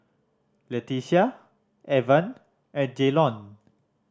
Letitia Evan and Jaylon